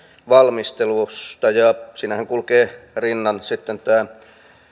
valmistelusta ja siinähän kulkee rinnan sitten tämä